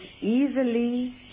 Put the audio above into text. easily